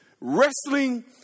wrestling